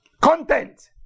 Content